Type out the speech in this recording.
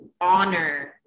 honor